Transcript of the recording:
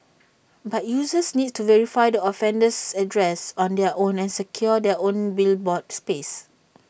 but users need to verify the offender's address on their own and secure their own billboard space